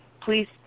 please